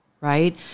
right